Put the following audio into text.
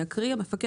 מי